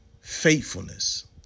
faithfulness